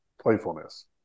playfulness